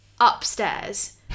upstairs